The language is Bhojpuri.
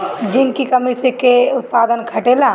जिंक की कमी से का उत्पादन घटेला?